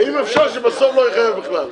ואם אפשר, שבסוף לא יחייב בכלל.